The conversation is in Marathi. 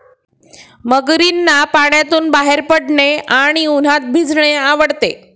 मगरींना पाण्यातून बाहेर पडणे आणि उन्हात भिजणे आवडते